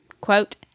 quote